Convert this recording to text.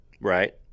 Right